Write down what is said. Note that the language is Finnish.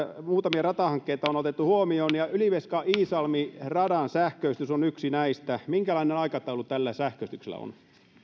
muutamia ratahankkeita on otettu huomioon ja ylivieska iisalmi radan sähköistys on yksi näistä minkälainen aikataulu tällä sähköistyksellä on